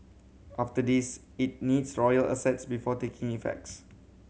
after this it needs royal assents before taking effects